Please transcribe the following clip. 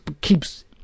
keeps